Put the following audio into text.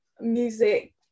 music